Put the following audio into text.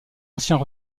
anciens